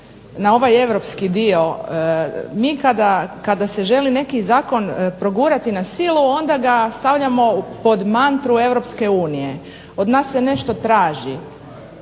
na ovaj europski dio. Mi kada se želi neki zakon progurati na silu onda ga stavljamo pod mantru EU. Od nas se nešto traži.